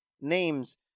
names